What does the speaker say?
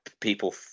People